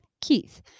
Keith